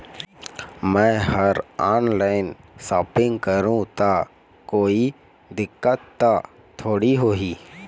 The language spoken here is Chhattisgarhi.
मैं हर ऑनलाइन शॉपिंग करू ता कोई दिक्कत त थोड़ी होही?